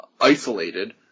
isolated